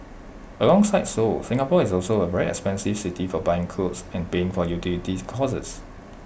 alongside Seoul Singapore is also A very expensive city for buying clothes and paying for utility costs